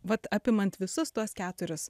vat apimant visus tuos keturis